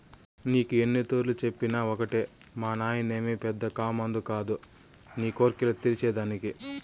నీకు ఎన్నితూర్లు చెప్పినా ఒకటే మానాయనేమి పెద్ద కామందు కాదు నీ కోర్కెలు తీర్చే దానికి